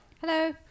Hello